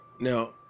now